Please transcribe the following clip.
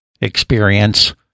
experience